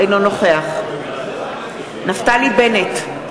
אינו נוכח נפתלי בנט,